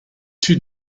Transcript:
two